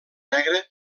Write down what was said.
negre